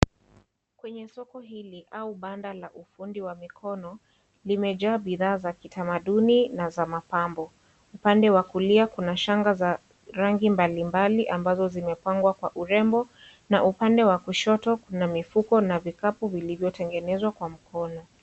Kwenye soko hili au banda la kutengeneza bidhaa za mkono na kitamaduni na mapambo upande wa kulia kuna shanga za rangi mbalimbali za urembo upande wa kushoto kuna mifuko na vikapu vilivyotengenezwa kwa mkono.